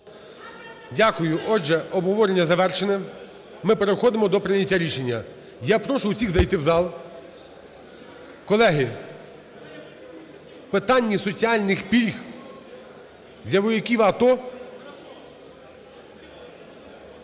Дякую. Отже, обговорення завершене. Ми переходимо до прийняття рішення. Я прошу усіх зайти в зал. Колеги, в питанні соціальних пільг для вояків АТО…